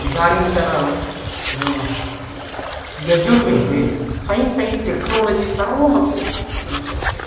इदानींतनजनाः यजुर्वेदे science and technology सर्वमपि दृश्यते